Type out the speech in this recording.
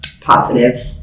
positive